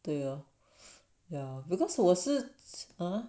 对 lor ya because 我是啊